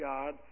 God